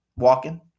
Walking